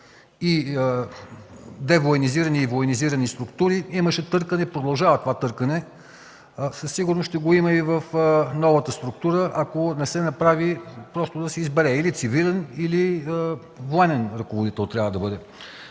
девоенизирани и военизирани структури, имаше търкане, продължава това търкане, със сигурност ще го има и в новата структура, ако не се направи, просто да се избере – цивилен или военен ръководител трябва да бъде